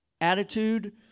attitude